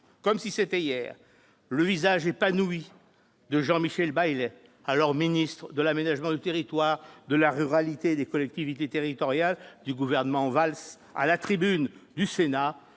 comme si c'était hier, le visage épanoui de Jean-Michel Baylet, alors ministre de l'aménagement des territoires, de la ruralité et des collectivités territoriales du gouvernement Valls, livrant à la tribune du Sénat